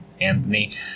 Anthony